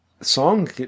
song